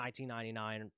1999